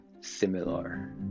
similar